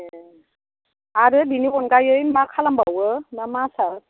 ए आरो बिनि अनगायै मा खालामबावो मा मा आसार